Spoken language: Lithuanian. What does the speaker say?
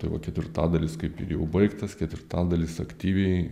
tai va ketvirtadalis kaip ir jau baigtas ketvirtadalis aktyviai